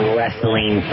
Wrestling